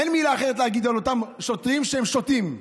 אין לי מילה אחרת להגיד על אותם שוטרים שהם שוטים.